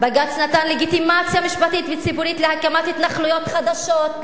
בג"ץ נתן לגיטימציה משפטית וציבורית להקמת התנחלויות חדשות,